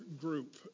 group